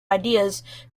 ideas